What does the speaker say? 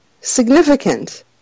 significant